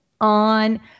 on